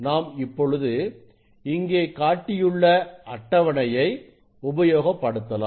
நாம் இப்பொழுது இங்கே காட்டியுள்ள அட்டவணையை உபயோகப்படுத்தலாம்